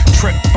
trip